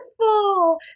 beautiful